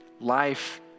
life